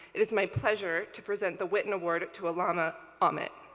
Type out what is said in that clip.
it is my pleasure to present the whitten award to alana aamodt.